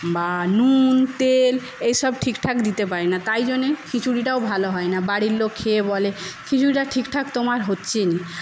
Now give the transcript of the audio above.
বা নুন তেল এইসব ঠিকঠাক দিতে পারি না তাই জন্যে খিচুড়িটাও ভালো হয় না বাড়ির লোক খেয়ে বলে খিচুড়িটা ঠিকঠাক তোমার হচ্ছেই না